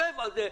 שב על זה,